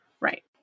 Right